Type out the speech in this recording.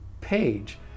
page